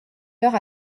heure